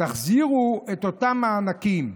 תחזירו את אותם מענקים?